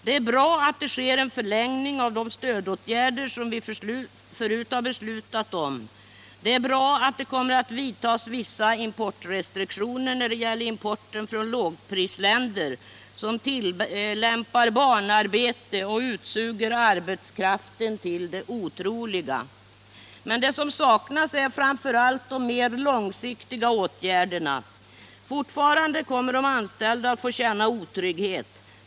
Det är bra att det sker en förlängning av de stödåtgärder som vi förut beslutat om. Det är bra att man kommer att införa vissa importrestriktioner när det gäller importen från lågprisländer som tillämpar barnarbete och utsuger arbetskraften till det otroliga. Men det som saknas är framför allt de mer långsiktiga åtgärderna. Fortfarande kommer de anställda att få känna otrygghet.